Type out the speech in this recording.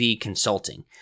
consulting